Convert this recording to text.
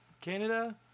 Canada